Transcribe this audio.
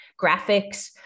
graphics